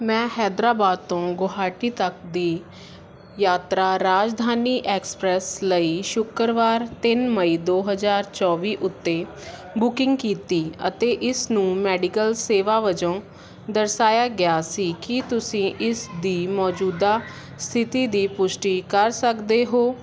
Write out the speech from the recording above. ਮੈਂ ਹੈਦਰਾਬਾਦ ਤੋਂ ਗੁਹਾਟੀ ਤੱਕ ਦੀ ਯਾਤਰਾ ਰਾਜਧਾਨੀ ਐਕਸਪ੍ਰੈਸ ਲਈ ਸ਼ੁੱਕਰਵਾਰ ਤਿੰਨ ਮਈ ਦੋ ਹਜ਼ਾਰ ਚੋਵੀ ਉੱਤੇ ਬੁਕਿੰਗ ਕੀਤੀ ਅਤੇ ਇਸ ਨੂੰ ਮੈਡੀਕਲ ਸੇਵਾ ਵਜੋਂ ਦਰਸਾਇਆ ਗਿਆ ਸੀ ਕੀ ਤੁਸੀਂ ਇਸ ਦੀ ਮੌਜੂਦਾ ਸਥਿਤੀ ਦੀ ਪੁਸ਼ਟੀ ਕਰ ਸਕਦੇ ਹੋ